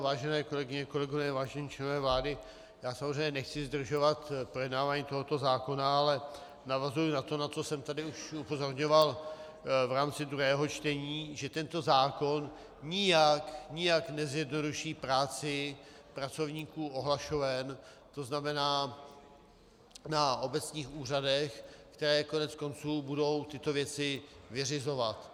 Vážené kolegyně, kolegové, vážení členové vlády, samozřejmě nechci zdržovat projednávání tohoto zákona, ale navazuji na to, na co jsem tady už upozorňoval v rámci druhého čtení, že tento zákon nijak nezjednoduší práci pracovníků ohlašoven, to znamená na obecních úřadech, které koneckonců budou tyto věci vyřizovat.